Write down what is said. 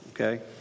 okay